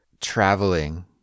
traveling